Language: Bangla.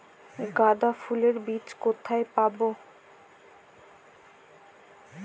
গাঁদা ফুলের বীজ কোথায় পাবো?